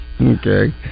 Okay